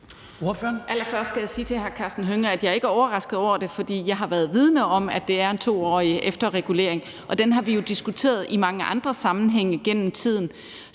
jeg ikke er overrasket over det, for jeg har været vidende om, at det er en 2-årig efterregulering, og den har vi jo diskuteret i mange andre sammenhænge gennem tiden.